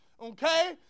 Okay